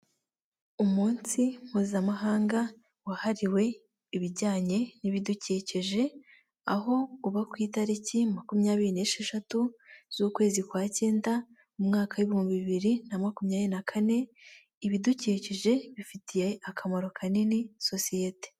Umunsi mpuzamahanga wahariwe ibijyanye n'ibidukikije, aho uba ku itariki makumyabiri n'esheshatu, z'ukwezi kwa cyenda, mu mwaka w' ibihumbi bibiri na makumyabiri na kane, ibidukikije bifitiye akamaro kanini sosiyete.